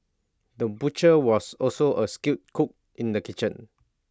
the butcher was also A skilled cook in the kitchen